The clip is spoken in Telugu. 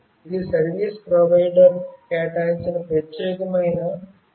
ఇది సర్వీస్ ప్రొవైడర్ కేటాయించిన ప్రత్యేకమైన 15 అంకెల సంఖ్య